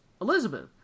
Elizabeth